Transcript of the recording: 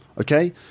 Okay